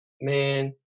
man